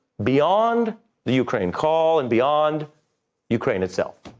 beyond the ukraine call and beyond ukraine itself.